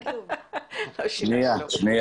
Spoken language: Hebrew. אני איבדתי שכן